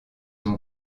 ont